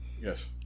Yes